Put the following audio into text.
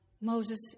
Moses